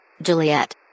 Juliet